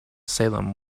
salem